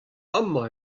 amañ